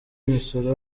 imisoro